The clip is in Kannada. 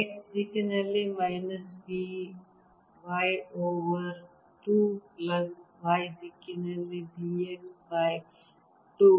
x ದಿಕ್ಕಿನಲ್ಲಿ minus B y over 2 plus y ದಿಕ್ಕಿನಲ್ಲಿ B x ಬೈ 2